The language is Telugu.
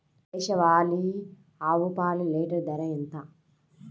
దేశవాలీ ఆవు పాలు లీటరు ధర ఎంత?